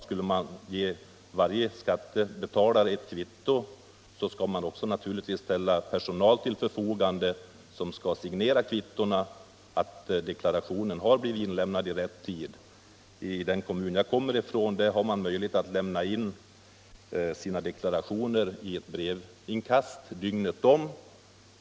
Skulle man ge varje deklarant kvitto måste man också ställa personal till förfogande för att signera kvittot på att deklarationen blivit inlämnad i rätt tid. I den kommun jag kommer ifrån finns det möjlighet att lämna in deklarationen i ett brevinkast dygnet om.